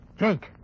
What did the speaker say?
Jake